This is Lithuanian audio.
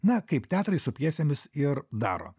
na kaip teatrai su pjesėmis ir daro